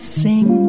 sing